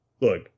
look